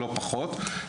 לא פחות,